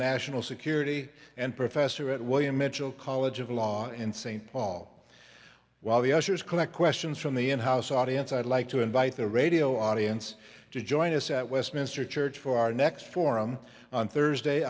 national security and professor at william mitchell college of law in st paul while the ushers collect questions from the in house audience i'd like to invite the radio audience to join us at westminster church for our next forum on thursday